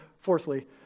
fourthly